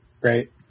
right